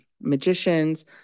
magicians